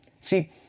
See